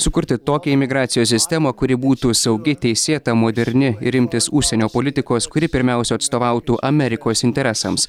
sukurti tokią imigracijos sistemą kuri būtų saugi teisėta moderni ir imtis užsienio politikos kuri pirmiausia atstovautų amerikos interesams